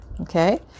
Okay